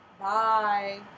Bye